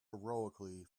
heroically